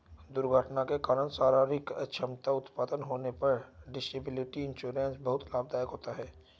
दुर्घटना के कारण शारीरिक अक्षमता उत्पन्न होने पर डिसेबिलिटी इंश्योरेंस बहुत लाभदायक होता है